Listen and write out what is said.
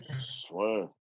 Swear